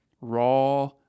raw